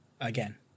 Again